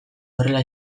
horrela